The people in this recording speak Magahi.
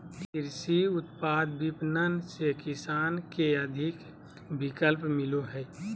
कृषि उत्पाद विपणन से किसान के अधिक विकल्प मिलो हइ